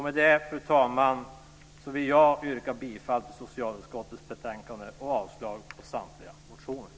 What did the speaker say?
Med detta, fru talman, yrkar jag bifall till förslaget i socialutskottets betänkande och avslag på samtliga motioner.